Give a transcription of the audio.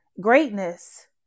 greatness